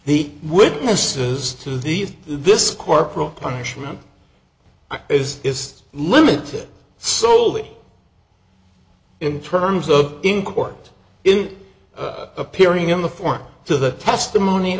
the witnesses to these this corporal punishment is just limited soley in terms of in court in appearing in the form to the testimony